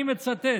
אני מצטט: